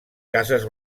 cases